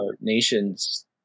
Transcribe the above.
nations